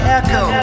echo